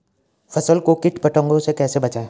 फसल को कीट पतंगों से कैसे बचाएं?